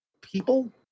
people